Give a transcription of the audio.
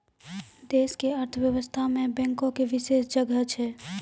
देश के अर्थव्यवस्था मे बैंको के विशेष जगह छै